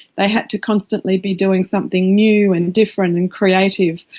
they had to constantly be doing something new and different and creative,